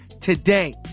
today